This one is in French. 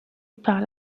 par